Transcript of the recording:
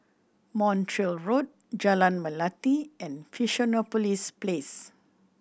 Montreal Road Jalan Melati and Fusionopolis Place